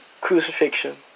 crucifixion